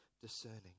discerning